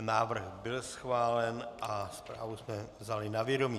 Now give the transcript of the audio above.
Návrh byl schválen a zprávu jsme vzali na vědomí.